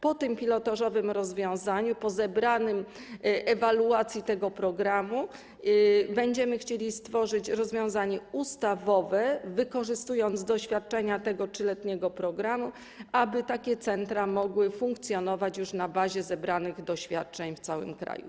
Po tym pilotażowym rozwiązaniu, po zebranej ewaluacji tego programu będziemy chcieli stworzyć rozwiązanie ustawowe, wykorzystując doświadczenia tego 3-letniego programu, aby takie centra mogły funkcjonować już na bazie zebranych doświadczeń w całym kraju.